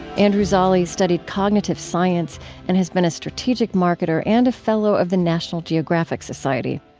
andrew zolli studied cognitive science and has been a strategic marketer and a fellow of the national geographic society.